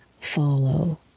follow